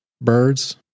birds